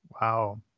Wow